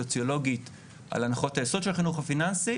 סוציולוגית על הנחות היסוד של החינוך הפיננסי.